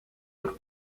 would